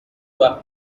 وقتام